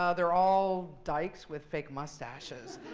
ah they're all dykes with fake mustaches.